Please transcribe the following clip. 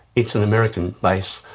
it's an american base,